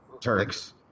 Turks